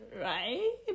Right